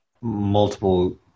multiple